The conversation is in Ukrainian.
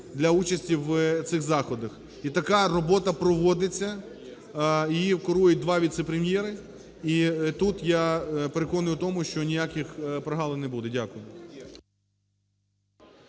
для участі в цих заходах. І така робота проводиться, її корують два віце-прем'єри. І тут я переконаний у тому, що ніяких прогалин не буде. Дякую.